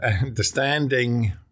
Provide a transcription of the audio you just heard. Understanding